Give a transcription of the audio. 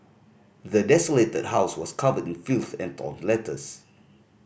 the desolated house was covered in filth and torn letters